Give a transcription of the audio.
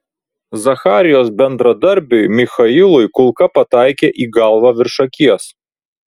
zacharijos bendradarbiui michailui kulka pataikė į galvą virš akies